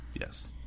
Yes